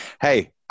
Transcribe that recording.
Hey